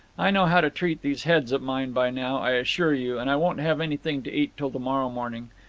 i know how to treat these heads of mine by now, i assure you, and i won't have anything to eat till to-morrow morning.